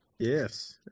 Yes